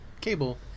cable